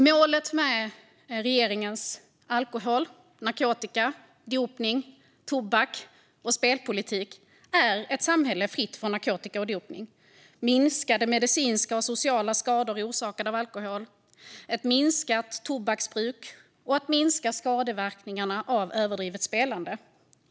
Målet för regeringens alkohol, narkotika, dopnings, tobaks och spelpolitik är ett samhälle fritt från narkotika och dopning, minskade medicinska och sociala skador orsakade av alkohol, minskat tobaksbruk och minskade skadeverkningar av överdrivet spelande.